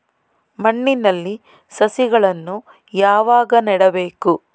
ಮಣ್ಣಿನಲ್ಲಿ ಸಸಿಗಳನ್ನು ಯಾವಾಗ ನೆಡಬೇಕು?